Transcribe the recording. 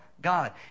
God